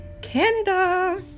Canada